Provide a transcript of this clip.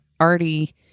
already